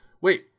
wait